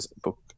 book